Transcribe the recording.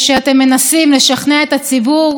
אין לנו שום לגיטימציה לשום דבר.